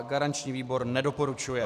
Garanční výbor nedoporučuje.